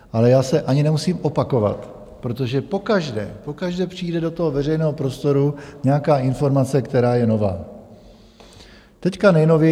Ale já se ani nemusím opakovat, protože pokaždé, pokaždé přijde do toho veřejného prostoru nějaká informace, která je nová.